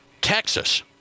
Texas